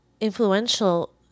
influential